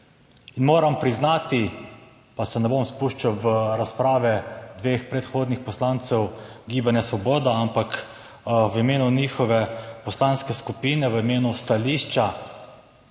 moram priznati, pa se ne bom spuščal v razprave dveh predhodnih poslancev Gibanja Svoboda, ampak v imenu njihove poslanske skupine, v imenu stališča,